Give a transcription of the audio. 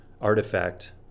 artifact